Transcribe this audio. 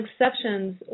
exceptions